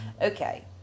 Okay